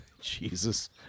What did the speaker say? Jesus